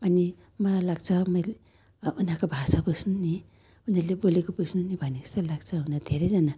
अनि माया लाग्छ मैले उनीहरूको भाषा बुझ्नु नि उनीहरूले बोलेको बुझ्नु नि भनेको जस्तै लाग्छ हुन त धेरैजना